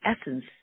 essence